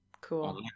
Cool